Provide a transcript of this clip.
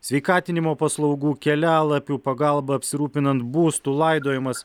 sveikatinimo paslaugų kelialapių pagalba apsirūpinant būstu laidojimas